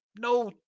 No